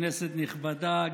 כנסת נכבדה,